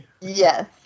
yes